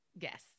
Yes